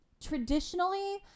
traditionally